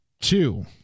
two